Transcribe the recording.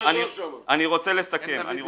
אני רוצה לסכם את הדברים.